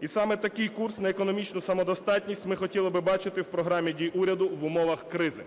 І саме такий курс на економічну самодостатність ми хотіли би бачити в Програмі дій уряду в умовах кризи.